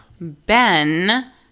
Ben